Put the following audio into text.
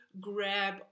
grab